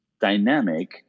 dynamic